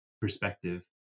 perspective